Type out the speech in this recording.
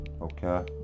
okay